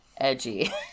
edgy